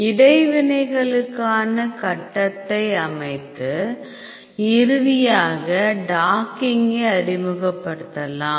இடைவினைகளுக்கான கட்டத்தை அமைத்து இறுதியாக டாக்கிங்கை அறிமுகப்படுத்தலாம்